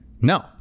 No